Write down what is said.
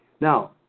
Now